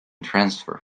transfer